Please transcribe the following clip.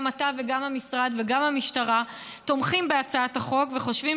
גם אתה וגם המשרד וגם המשטרה תומכים בהצעת החוק וחושבים